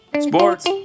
sports